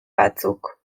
batzuk